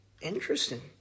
interesting